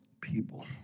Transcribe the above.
people